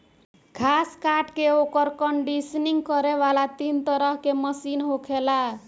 घास काट के ओकर कंडीशनिंग करे वाला तीन तरह के मशीन होखेला